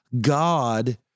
God